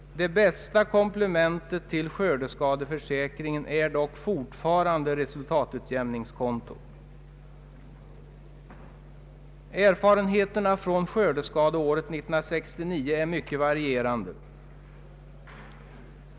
Det bästa komplementet till skördeskadeförsäkringen är emellertid fortfarande ett resultatutjämningskonto. Erfarenheterna från skördeskadeåret 1969 är mycket varierande.